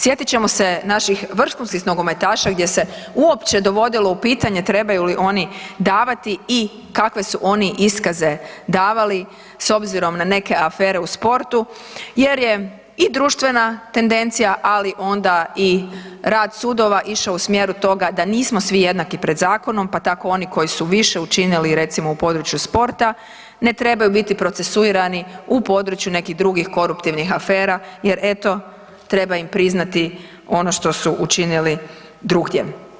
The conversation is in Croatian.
Sjetit ćemo se naših vrhunskih nogometaša gdje se uopće dovodilo u pitanje trebaju li oni davati i kakve su oni iskaze davali s obzirom na neke afere u sportu jer je i društvena tendencija, ali onda i rad sudova išao u smjeru toga da nismo svi jednaki pred zakonom, pa tako oni koji su više učinili, recimo u području sporta ne trebaju biti procesuirani u području nekih drugih koruptivnih afera jer eto treba im priznati ono što su učinili drugdje.